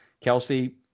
Kelsey